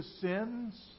sins